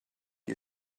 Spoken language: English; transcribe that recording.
you